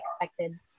expected